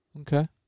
Okay